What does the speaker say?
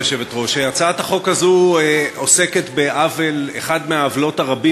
הצעת החוק התקבלה בקריאה טרומית ועוברת לוועדת החוקה,